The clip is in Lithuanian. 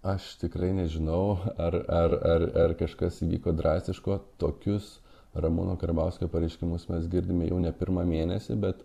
aš tikrai nežinau ar ar ar ar kažkas įvyko drastiško tokius ramūno karbauskio pareiškimus mes girdime jau ne pirmą mėnesį bet